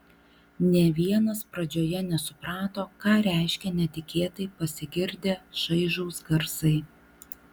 nė vienas pradžioje nesuprato ką reiškia netikėtai pasigirdę šaižūs garsai